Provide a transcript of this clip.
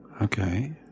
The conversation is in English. okay